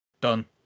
Done